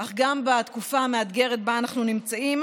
גם בתקופה המאתגרת שבה אנו נמצאים,